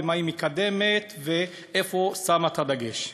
מה היא מקדמת ואיפה היא שמה את הדגש.